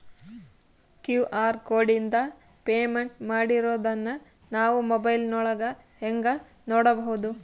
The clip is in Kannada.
ಕ್ಯೂ.ಆರ್ ಕೋಡಿಂದ ಪೇಮೆಂಟ್ ಮಾಡಿರೋದನ್ನ ನಾವು ಮೊಬೈಲಿನೊಳಗ ಹೆಂಗ ನೋಡಬಹುದು?